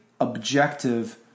objective